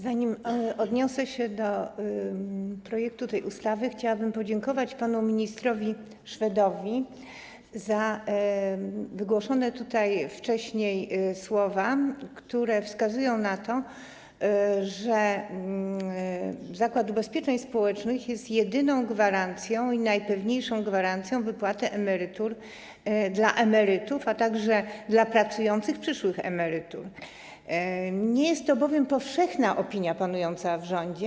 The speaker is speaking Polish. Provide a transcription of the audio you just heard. Zanim odniosę się do projektu tej ustawy, chciałabym podziękować panu ministrowi Szwedowi za wygłoszone tutaj wcześniej słowa, które wskazują na to, że Zakład Ubezpieczeń Społecznych jest jedyną gwarancją, najpewniejszą gwarancją wypłaty emerytur dla emerytów, a także dla pracujących przyszłych emerytów, nie jest to bowiem powszechna opinia panująca w rządzie.